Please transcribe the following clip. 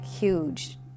huge